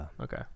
okay